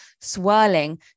swirling